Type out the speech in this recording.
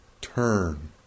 turn